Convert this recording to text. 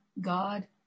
God